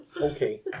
Okay